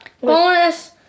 bonus